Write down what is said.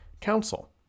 council